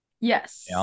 Yes